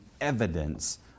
evidence